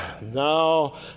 Now